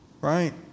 right